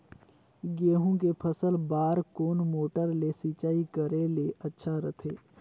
गहूं के फसल बार कोन मोटर ले सिंचाई करे ले अच्छा रथे?